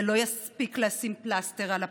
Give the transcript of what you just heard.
זה לא יספיק לשים פלסטר על הפצע,